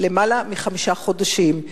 כבר יותר מחמישה חודשים,